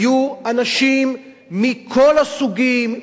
היו אנשים מכל הסוגים,